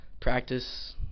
practice